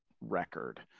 record